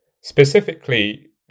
Specifically